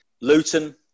Luton